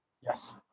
Yes